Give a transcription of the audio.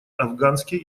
афганские